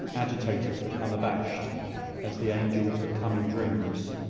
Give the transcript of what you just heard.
agitated, but unabashed as the angels that come in dreams.